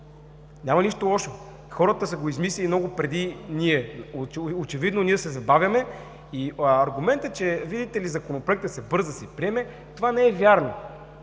Няма нищо лошо! Хората са го измислили много преди ние и очевидно ние се забавяме. И аргументът, видите ли, че се бърза да се приеме – това не е вярно.